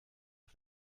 auf